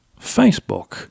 Facebook